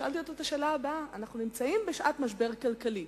ושאלתי אותו את השאלה הבאה: אנחנו נמצאים בשעת משבר כלכלי,